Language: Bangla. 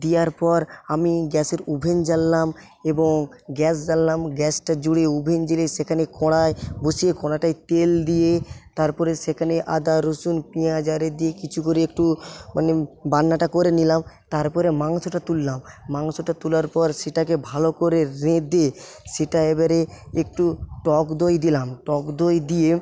দিয়ার পর আমি গ্যাসের ওভেন জ্বাললাম এবং গ্যাস জ্বাললাম গ্যাসটা জুড়ে ওভেন জ্বলে সেখানে কড়ায় বসিয়ে কড়াটায় তেল দিয়ে তারপরে সেখানে আদা রসুন পিঁয়াজ আর এ দিয়ে কিছু করে একটু মানে বান্নাটা করে নিলাম তারপরে মাংসটা তুললাম মাংসটা তোলার পর সেটাকে ভালো করে রেঁধে সেটা এবারে একটু টক দই দিলাম টক দই দিয়ে